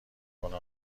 کنه